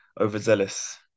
overzealous